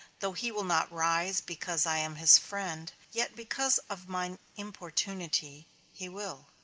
though he will not rise because i am his friend, yet because of mine importunity he will.